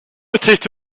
referred